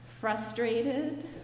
frustrated